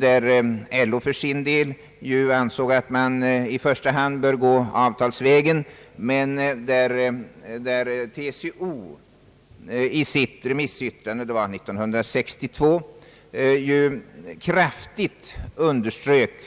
Då ansåg LO för sin del att frågan i första hand borde lösas avtalsvägen, men TCO underströk kraftigt i sitt remissyttrande — det var 1962